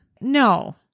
No